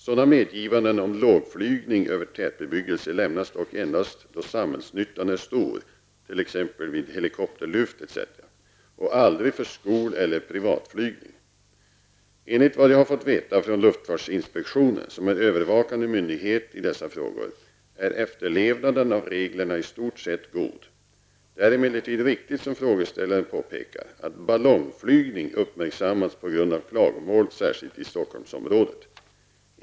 Sådana medgivanden om lågflygning över tätbebyggelse lämnas dock endast då samhällsnyttan är stor, t.ex. vid helikopterlyft etc., och aldrig för skol eller privatflygning. Enligt vad jag har fått veta från luftfartsinspektionen, som är övervakande myndighet i dessa frågor, är efterlevnaden av reglerna i stort sett god. Det är emellertid riktigt som frågeställaren påpekar att ballongflygning uppmärksammats på grund av klagomål, särskilt i Stockholmsområdet.